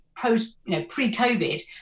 pre-COVID